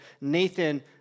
Nathan